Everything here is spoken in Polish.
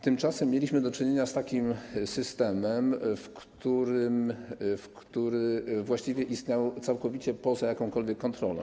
Tymczasem mieliśmy do czynienia z takim systemem, który właściwie istniał całkowicie poza jakąkolwiek kontrolą.